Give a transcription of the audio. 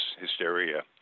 hysteria